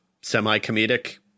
semi-comedic